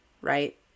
right